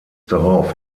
darauf